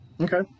Okay